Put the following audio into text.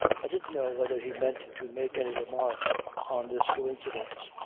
i didn't know whether he meant to make any remark on this coincidence.